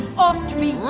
off to me.